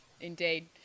Indeed